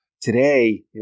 Today